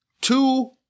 two